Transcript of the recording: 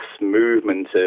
movement